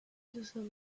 before